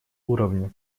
уровне